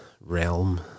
realm